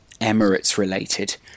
Emirates-related